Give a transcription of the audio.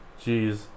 Jeez